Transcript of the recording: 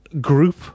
group